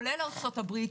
כולל ארצות הברית,